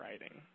writing